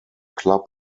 club